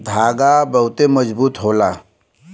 धागा बहुते मजबूत होला